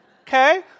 Okay